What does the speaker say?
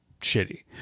shitty